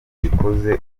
ubikoze